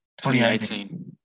2018